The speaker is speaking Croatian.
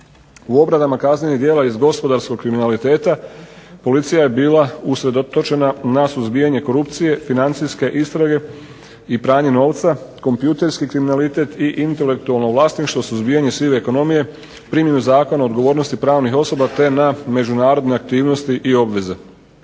U obradama kaznenih djela iz gospodarskog kriminaliteta policija je bila usredotočena na suzbijanje korupcije, financijske istrage i pranje novca, kompjuterski kriminalitet i intelektualno vlasništvo, suzbijanje sive ekonomije, primjenu zakona, odgovornosti pravnih osoba, te na međunarodne aktivnosti i obveze.